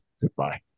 goodbye